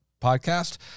podcast